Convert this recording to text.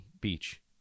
beach